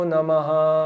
Namaha